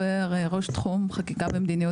ראש תחום חקיקה ומדיניות,